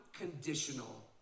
unconditional